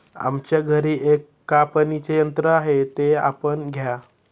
आमच्या घरी एक कापणीचे यंत्र आहे ते आपण घ्या